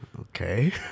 Okay